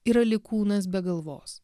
yra lyg kūnas be galvos